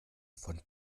von